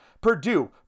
Purdue